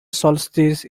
solstice